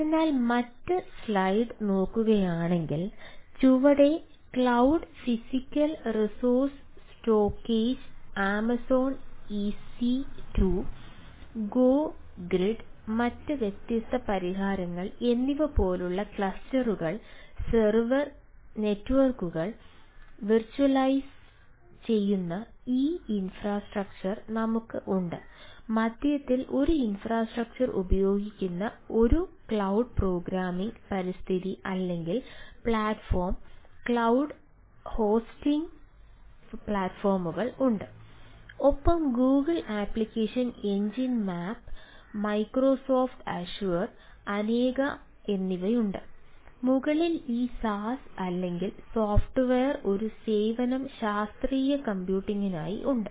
അതിനാൽ മറ്റ് സ്ലൈഡ് ഉണ്ട്